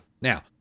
Now